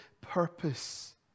purpose